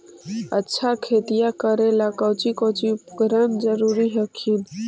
अच्छा खेतिया करे ला कौची कौची उपकरण जरूरी हखिन?